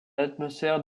l’atmosphère